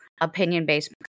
opinion-based